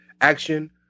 action